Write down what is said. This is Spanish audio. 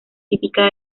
típica